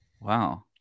wow